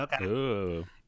Okay